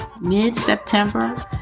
mid-September